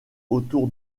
autour